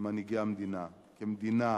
כמנהיגי המדינה, כמדינה,